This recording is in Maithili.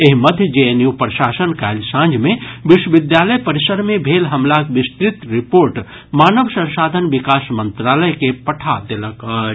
एहि मध्य जेएनयू प्रशासन काल्हि सांझ मे विश्वविद्यालय परिसर मे भेल हमलाक विस्तृत रिपोर्ट मानव संसाधन विकास मंत्रालय के पठा देलक अछि